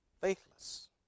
Faithless